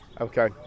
Okay